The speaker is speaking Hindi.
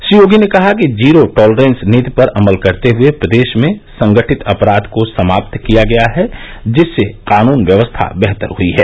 श्री योगी ने कहा कि जीरो टॉलरेंस नीति पर अमल करते हुए प्रदेश में संगठित अपराध को समाप्त किया गया है जिससे कानून व्यवस्था बेहतर हुई है